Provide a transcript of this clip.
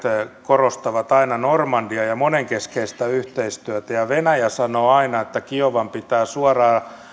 korostavat aina normandiaa ja monenkeskistä yhteistyötä ja venäjä sanoo aina että kiovan pitää suoraan